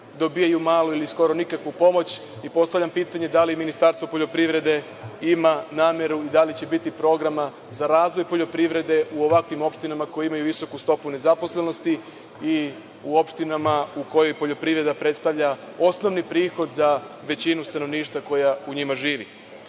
dobijaju malu ili skoro nikakvu pomoć, postavljam pitanje - da li Ministarstvo poljoprivrede ima nameru i da li će biti programa za razvoj poljoprivrede u ovakvim opštinama koji imaju visoku stopu nezaposlenosti i u opštinama u kojima poljoprivreda predstavlja osnovni prihod za većinu stanovništva koja u njima